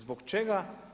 Zbog čega?